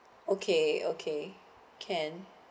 okay okay can